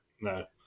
No